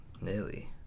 nearly